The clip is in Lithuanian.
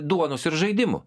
duonos ir žaidimų